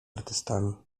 artystami